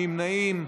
נמנעים,